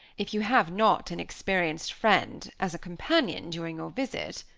if you have not an experienced friend as a companion during your visit.